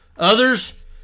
Others